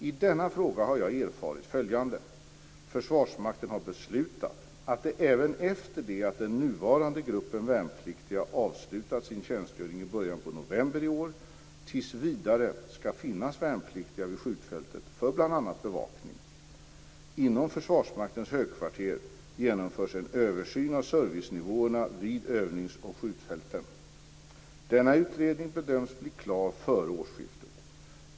I denna fråga har jag erfarit följande: Försvarsmakten har beslutat att det, även efter det att den nuvarande gruppen värnpliktiga avslutat sin tjänstgöring i början av november i år, tills vidare ska finnas värnpliktiga vid skjutfältet för bl.a. bevakning. Inom Försvarsmaktens högkvarter genomförs en översyn av servicenivåerna vid övnings och skjutfälten. Denna utredning bedöms bli klar före årsskiftet.